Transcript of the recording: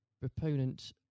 proponent